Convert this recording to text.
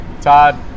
Todd